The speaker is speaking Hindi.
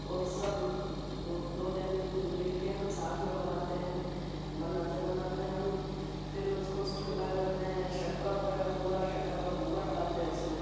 और सब दो दो जन मिल के हम साथ में बनाते हैं बनाते बनाते हम फिर उसको ठंडा करते हैं शक्कर वगैरह बूरा शक्कर का भूरा डालते हैं उसमें